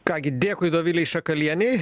ką gi dėkui dovilei šakalienei